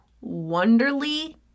Wonderly